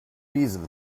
reason